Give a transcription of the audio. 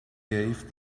gave